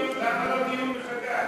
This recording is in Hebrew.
למה לא דיון מחדש?